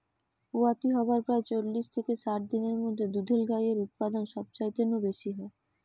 পুয়াতি হয়ার প্রায় চল্লিশ থিকে ষাট দিনের মধ্যে দুধেল গাইয়ের উতপাদন সবচাইতে নু বেশি হয়